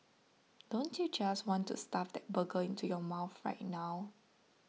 don't you just want to stuff that burger into your mouth right now